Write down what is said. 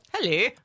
Hello